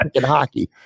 hockey